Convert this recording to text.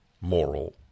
moral